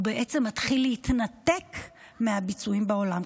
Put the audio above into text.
הוא בעצם מתחיל להתנתק מהביצועים בעולם.